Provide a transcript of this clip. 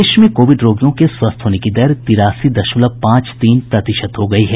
देश में कोविड रोगियों के स्वस्थ होने की दर तिरासी दशमलव पांच तीन प्रतिशत हो गई है